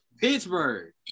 Pittsburgh